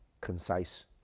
concise